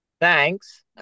Thanks